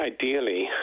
ideally